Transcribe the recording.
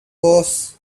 was